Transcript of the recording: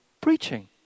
preaching